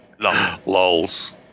Lols